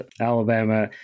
Alabama